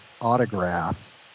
autograph